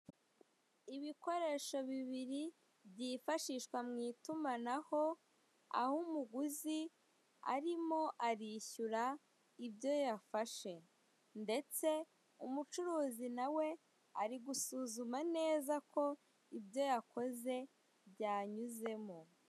Ibikoresho bibiri byifashizwa mu itumanaho, aho umuguzi arimo arishyura ibyo yafashe. Ndetse umucurizi nawe ari gusuzuma neza ko ibyo yakoze byanyuzemo.